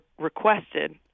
requested